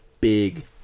big